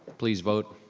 please vote.